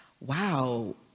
wow